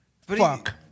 Fuck